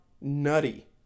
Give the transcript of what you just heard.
nutty